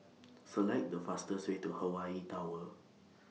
Select The fastest Way to Hawaii Tower